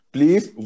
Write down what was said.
Please